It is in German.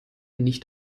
nicht